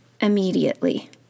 immediately